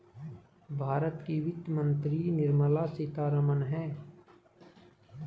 भारत की वित्त मंत्री निर्मला सीतारमण है